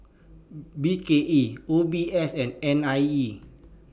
B K E O B S and N I E